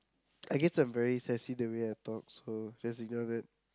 I guess I'm very sassy in the way I talk so just ignore that